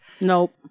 Nope